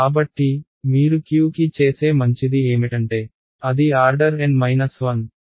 కాబట్టి మీరు q కి చేసే మంచిది ఏమిటంటే అది ఆర్డర్ N 1